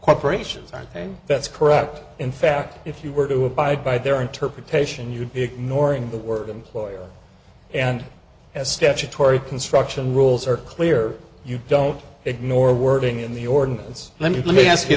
corporations i think that's correct in fact if you were to abide by their interpretation you'd be ignoring the work employer and as statutory construction rules are clear you don't ignore wording in the ordinance let me let me ask you